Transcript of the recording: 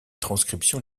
transcriptions